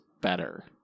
better